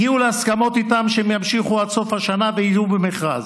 הגיעו להסכמות איתם שהם ימשיכו עד סוף השנה ויהיו במכרז.